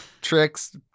tricks